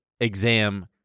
exam